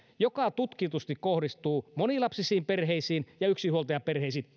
joka tutkitusti kohdistuu erityisesti monilapsisiin perheisiin ja yksinhuoltajaperheisiin